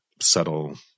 subtle